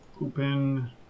Open